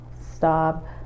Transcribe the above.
stop